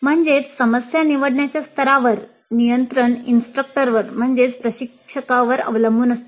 म्हणजेच समस्या निवडण्याच्या स्तरावर नियंत्रण प्रशिक्षकावर अवलंबून असते